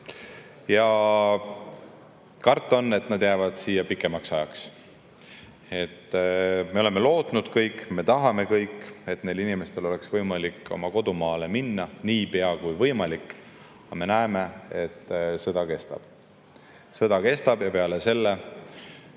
ja karta on, et nad jäävad siia pikemaks ajaks. Me oleme lootnud kõik, me tahame kõik, et neil inimestel oleks võimalik oma kodumaale minna niipea kui võimalik. Aga me näeme, et sõda kestab. Sõda kestab ja räägitakse